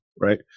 right